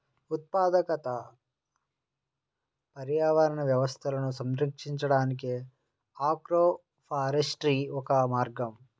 ఉత్పాదక పర్యావరణ వ్యవస్థలను సంరక్షించడానికి ఆగ్రోఫారెస్ట్రీ ఒక మార్గం